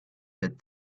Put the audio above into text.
that